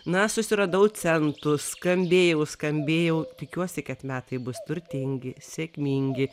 na susiradau centus skambėjau skambėjau tikiuosi kad metai bus turtingi sėkmingi